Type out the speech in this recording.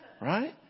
right